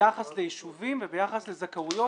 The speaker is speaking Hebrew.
ביחס ליישובים וביחס לזכאויות,